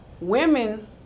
Women